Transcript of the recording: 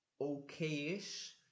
okay-ish